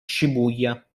shibuya